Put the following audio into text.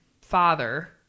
father